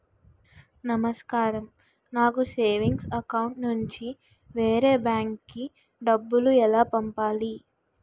నమస్కారం నాకు savings account నుంచి వేరే బ్యాంక్ కి డబ్బు ఎలా పంపాలి?